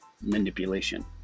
manipulation